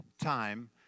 time